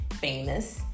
famous